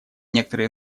некоторые